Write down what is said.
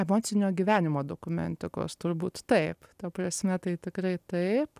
emocinio gyvenimo dokumentikos turbūt taip ta prasme tai tikrai taip